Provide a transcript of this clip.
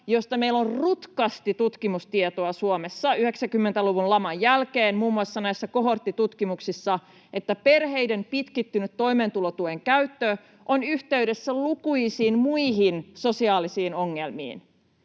josta meillä on rutkasti tutkimustietoa Suomessa 90-luvun laman jälkeen muun muassa näissä kohorttitutkimuksissa, että perheiden pitkittynyt toimeentulo-tuen käyttö on yhteydessä lukuisiin muihin sosiaalisiin ongelmiin.